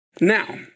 now